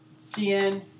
Cn